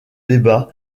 débats